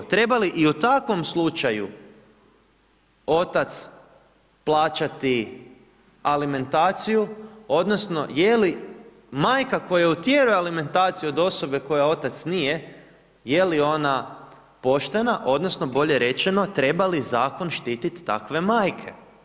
Treba li i u takvom slučaju otac plaćati alimentaciju, odnosno je li majka koja utjeruje alimentaciju od osobe koja otac nije, je li ona poštena, odnosno bolje rečeno treba li zakon štititi takve majke?